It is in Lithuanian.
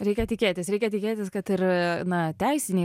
reikia tikėtis reikia tikėtis kad ir na teisiniai